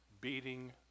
beating